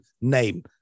name